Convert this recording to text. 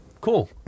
cool